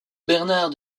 bernard